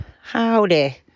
howdy